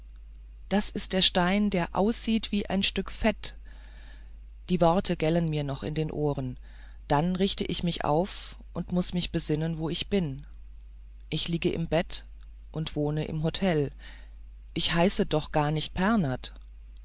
das ist der stein der aussieht wie ein stück fett die worte gellen mir noch in den ohren dann richte ich mich auf und muß mich besinnen wo ich bin ich liege im bett und wohne im hotel ich heiße doch gar nicht